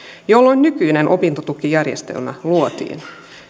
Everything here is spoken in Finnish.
jolloin nykyinen opintotukijärjestelmä luotiin